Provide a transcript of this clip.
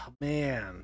man